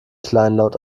kleinlaut